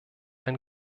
ein